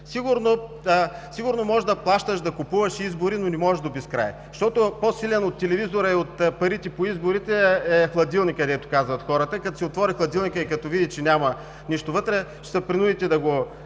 Сигурно можеш да плащаш, да купуваш избори, но не може до безкрай, защото по-силен от телевизора и от парите по изборите е хладилникът, дето казват хората. Като си отвори хладилника и види, че няма нищо вътре, ще се принудите да ги